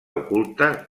oculta